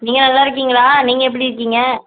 நீங்கள் நல்லாயிருக்கீங்களா நீங்கள் எப்படி இருக்கீங்க